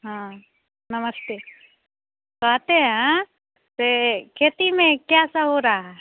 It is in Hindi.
हाँ नमस्ते कहते हैं से खेती में क्या सब हो रहा